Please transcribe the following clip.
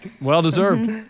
Well-deserved